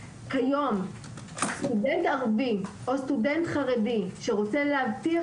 כיום סטודנט ערבי או סטודנט חרדי שרוצה להבטיח